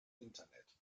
internet